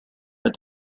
but